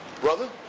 Brother